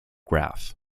graph